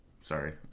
Sorry